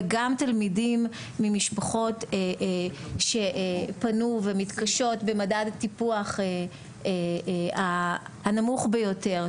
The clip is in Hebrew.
וגם תלמידים ממשפחות שפנו ומתקשות במדד הטיפוח הנמוך ביותר,